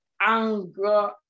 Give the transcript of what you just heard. anger